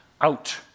out